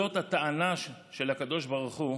זאת הטענה של הקדוש ברוך הוא